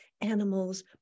animals